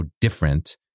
different